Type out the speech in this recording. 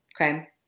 Okay